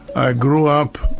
i grew up,